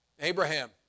Abraham